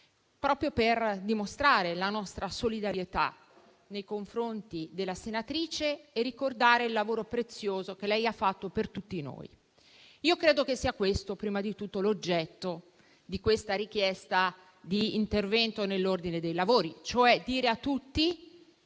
proprio per dimostrare la nostra solidarietà nei confronti della senatrice e ricordare il lavoro prezioso che lei ha fatto per tutti noi. Credo che sia questo, prima di tutto, l'oggetto della richiesta di intervento sull'ordine dei lavori, cioè dire a tutti